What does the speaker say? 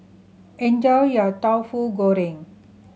enjoy your Tauhu Goreng